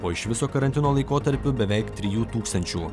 o iš viso karantino laikotarpiu beveik trijų tūkstančių